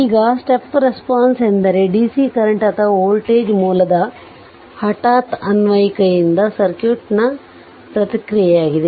ಈಗ step response ಎಂದರೆ dc current ಅಥವಾ ವೋಲ್ಟೇಜ್ ಮೂಲದ ಹಠಾತ್ ಅನ್ವಯಿಕೆಯಿಂದಾಗಿ ಸರ್ಕ್ಯೂಟ್ನ ಪ್ರತಿಕ್ರಿಯೆಯಾಗಿದೆ